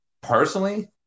personally